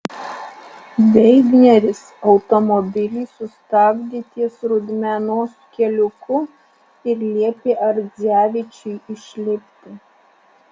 veigneris automobilį sustabdė ties rudmenos keliuku ir liepė ardzevičiui išlipti